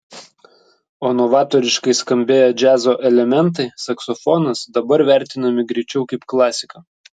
o novatoriškai skambėję džiazo elementai saksofonas dabar vertinami greičiau kaip klasika